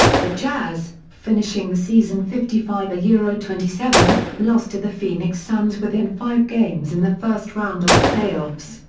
the jazz, finishing the season fifty five yeah twenty seven, lost to the phoenix suns within five games in the first round of the playoffs,